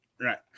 Right